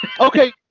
Okay